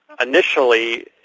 initially